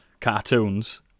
cartoons